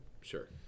Sure